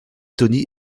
tony